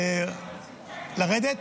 לרדת?